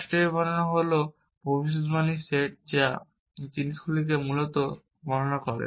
রাষ্ট্রের বর্ণনা হল ভবিষ্যদ্বাণীর সেট যা এই জিনিসটিকে মূলত বর্ণনা করে